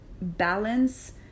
balance